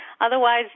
Otherwise